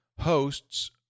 hosts